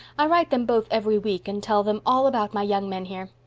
i write them both every week and tell them all about my young men here.